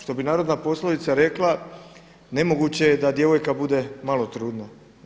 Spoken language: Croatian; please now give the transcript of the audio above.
Što bi narodna poslovica rekla „nemoguće je da djevojka bude malo trudna“